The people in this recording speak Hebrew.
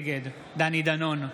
נגד דני דנון,